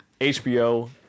HBO